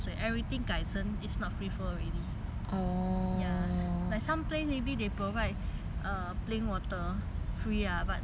ya like some place maybe they provide err plain water free ah but 现在 everything 都 is not